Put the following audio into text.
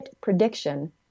prediction